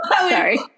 Sorry